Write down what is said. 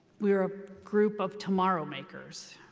we're a group of tomorrow makers.